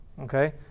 okay